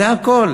זה הכול.